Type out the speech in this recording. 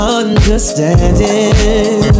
understanding